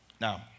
Now